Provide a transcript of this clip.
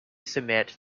submit